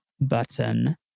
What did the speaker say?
button